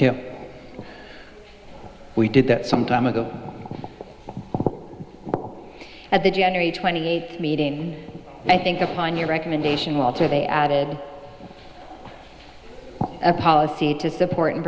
here we did that some time ago at the january twenty eighth meeting i think upon your recommendation walter they added a policy to support and